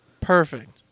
Perfect